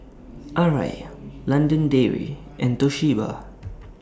Arai London Dairy and Toshiba